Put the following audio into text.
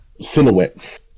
silhouettes